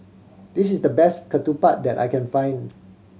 this is the best ketupat that I can find